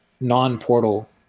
non-portal